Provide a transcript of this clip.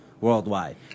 worldwide